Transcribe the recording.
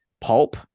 Pulp